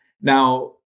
Now